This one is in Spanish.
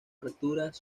fracturas